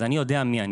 אני יודע מי אני,